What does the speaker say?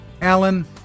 Alan